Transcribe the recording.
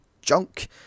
junk